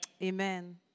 Amen